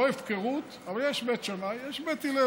לא הפקרות, אבל יש בית שמאי, יש בית הלל.